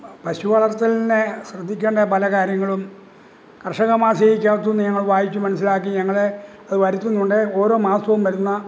പശുവളർത്തലിനെ ശ്രദ്ധിക്കേണ്ട പല കാര്യങ്ങളും കർഷക മാസികയ്ക്ക് അകത്തുനിന്ന് ഞങ്ങള് വായിച്ച് മനസ്സിലാക്കി ഞങ്ങള് അത് വരുത്തുന്നുണ്ട് ഓരോ മാസവും വരുന്ന